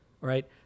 right